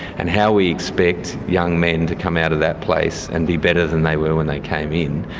and how we expect young men to come out of that place and be better than they were when they came in,